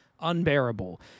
unbearable